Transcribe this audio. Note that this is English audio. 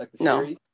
No